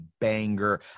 banger